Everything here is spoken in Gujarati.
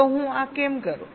તો હું આ કેમ કરું